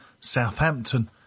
Southampton